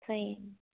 सही है